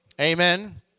amen